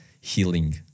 healing